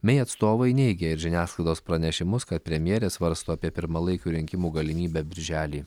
mei atstovai neigia ir žiniasklaidos pranešimus kad premjerė svarsto apie pirmalaikių rinkimų galimybę birželį